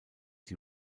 die